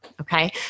okay